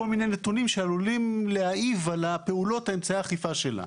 מיני נתונים שעלולים להעיב על פעולות אמצעי האכיפה שלה.